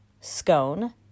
scone